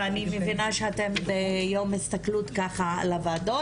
ואני מבינה שאתם ביום הסתכלות על הוועדות.